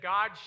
God